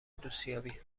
دوستیابی